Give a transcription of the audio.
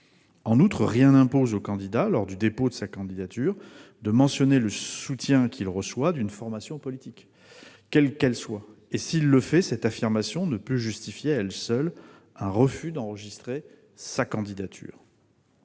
En outre, rien n'impose au candidat, lors du dépôt de sa candidature, de mentionner le soutien qu'il reçoit d'une formation politique, quelle qu'elle soit. S'il le fait, cette affirmation ne peut justifier à elle seule un refus d'enregistrer sa candidature.